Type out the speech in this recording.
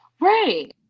Right